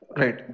right